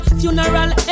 funeral